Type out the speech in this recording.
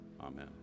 Amen